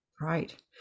Right